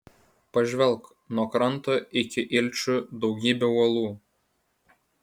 pažvelk nuo kranto iki ilčių daugybė uolų